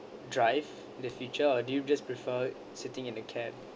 drive in the future or do you just prefer sitting in a cab